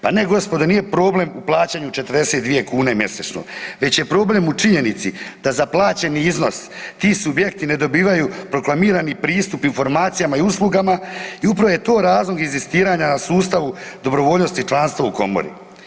Pa ne gospodo nije problem u plaćanju 42 kune mjesečno, već je problem u činjenici da za plaćeni iznos ti subjekti ne dobivaju proklamirani pristup informacijama i uslugama i upravo je to razlog inzistiranja na sustavu dobrovoljnosti članstva u komori.